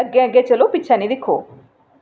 अग्गें अग्गें चलो पिच्छै नी दिक्खो